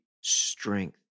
strength